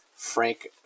Frank